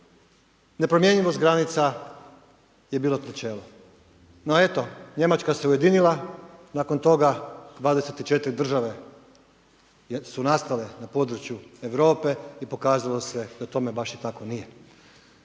nepromjenljivost granica je bilo načelo. No eto, Njemačka se ujedinila nakon toga, 24 države su nastale na području Europe i pokazalo se da tome baš tako i nije.